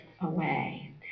away